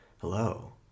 Hello